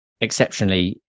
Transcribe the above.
exceptionally